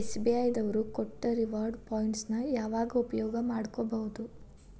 SBI ದವ್ರು ಕೊಟ್ಟ reward points ನ ಯಾವಾಗ ಉಪಯೋಗ ಮಾಡ್ಕೋಬಹುದು?